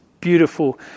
beautiful